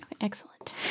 excellent